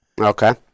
Okay